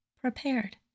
prepared